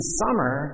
summer